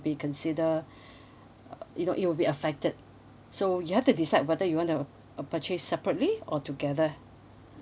be consider uh you know it will be affected so you have to decide whether you want to purchase separately or together